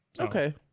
Okay